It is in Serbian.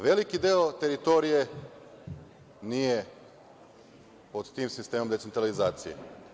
Veliki deo teritorije nije pod tim sistemom decentralizacije.